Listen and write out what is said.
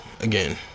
again